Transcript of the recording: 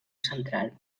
central